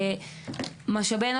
אלה